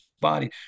body